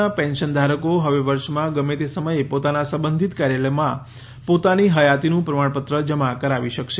ના પેન્શન ધારકો હવે વર્ષમાં ગમે તે સમયે પોતાના સંબંધિત કાર્યાલયમાં પોતાની હયાતીનું પ્રમાણપત્ર જમા કરાવી શકશે